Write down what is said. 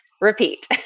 repeat